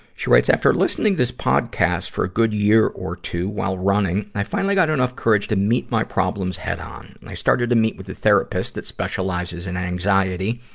she writes, after listening to this podcast for a good year or two while running, i finally got enough courage to meet my problems head on. and i started to meet with a therapist that specializes in anxiety,